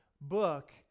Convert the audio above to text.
book